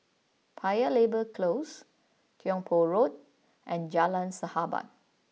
Paya Lebar Close Tiong Poh Road and Jalan Sahabat